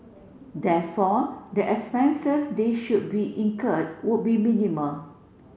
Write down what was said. therefore the expenses they should be incurred would be minimal